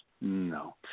No